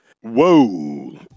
Whoa